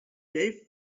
gave